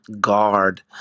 guard